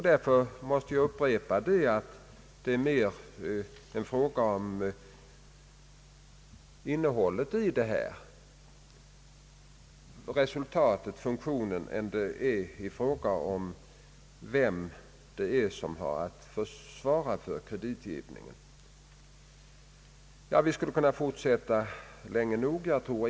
Därför måste jag upprepa att det mera är fråga om funktionen och resultatet än en fråga om vem som har att svara för kreditgivningen. Vi skulle kunna fortsätta debatten länge nog.